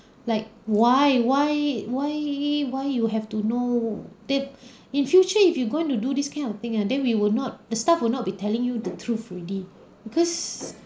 like why why why why you have to know that in future if you going to do this kind of thing ah then we will not the staff will not be telling you the truth already because